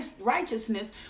righteousness